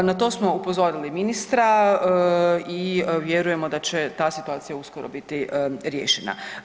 Na to smo upozorili ministra i vjerujemo da će ta situacija uskoro biti riješena.